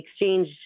exchange